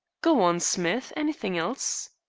go on, smith. anything else?